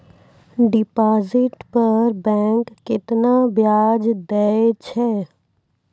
Deposit पर bank केतना ब्याज दै छै?